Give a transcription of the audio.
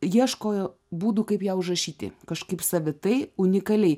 ieškojo būdų kaip ją užrašyti kažkaip savitai unikaliai